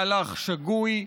מהלך שגוי,